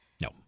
No